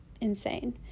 insane